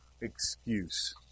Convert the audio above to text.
excuse